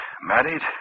Married